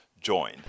join